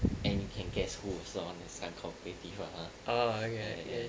and you can guess who's the one that's cooperative lah !huh!